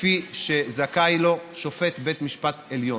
כפי שזכאי לו שופט בית משפט עליון.